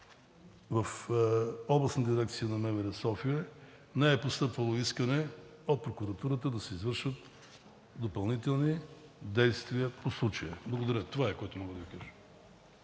в Областната дирекция на МВР – София, не е постъпвало искане от прокуратурата да се извършват допълнителни действия по случая. Благодаря. Това е, което мога да кажа.